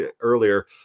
earlier